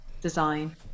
design